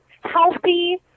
Healthy